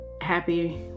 happy